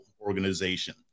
organization